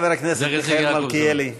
חבר הכנסת מיכאל מלכיאלי.